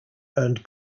earned